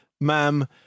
ma'am